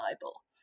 Bible